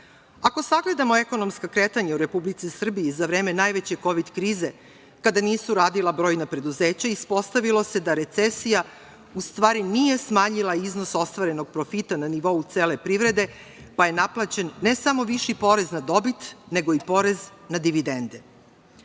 sagledamo ekonomska kretanja u Republici Srbiji i za vreme najveće kovid krize, kada nisu radila brojna preduzeća ispostavilo se da recesija u stvari nije smanjila iznos ostvarenog profita na nivou cele privrede, pa je naplaćen ne samo viši porez na dobit, nego i porez na dividende. Procena